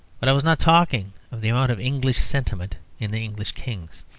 but i was not talking of the amount of english sentiment in the english kings.